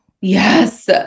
yes